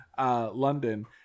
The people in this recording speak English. London